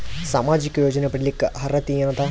ಸಾಮಾಜಿಕ ಯೋಜನೆ ಪಡಿಲಿಕ್ಕ ಅರ್ಹತಿ ಎನದ?